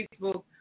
Facebook